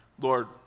Lord